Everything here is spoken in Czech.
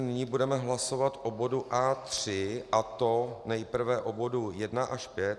Nyní budeme hlasovat o bodu A3, a to nejprve o bodu 1 až 5.